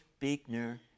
Beekner